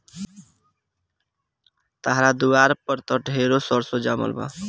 तहरा दुआर पर त ढेरे सरसो जामल बा